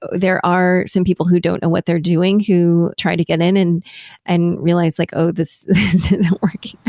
there are some people who don't know what they're doing who tried to get in and and realize, like oh, this isn't working.